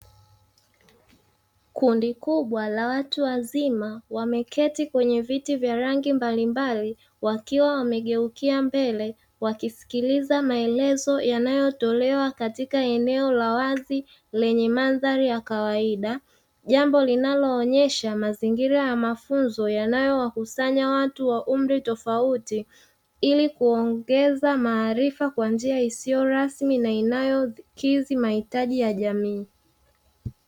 Kundi kubwa la watu wazima wameketii kwenye viti vya rangi mbalimbali wakiwa wamegeukia mbele, wakisikiliza maelezo yanayotolewa katika eneo la wazi lenye mandhari ya kawaida. Jambo linaloonyesha mazingira ya mafunzo yanayowakusanya watu wa umri tofauti ili kuongeza maarifa kwa njia isiyo rasmi na inayokidhi mahitaji ya jamii.